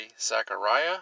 Zachariah